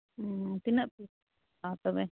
ᱛᱤᱱᱟᱹᱜ ᱯᱤᱥ ᱛᱚᱵᱮ